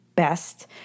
Best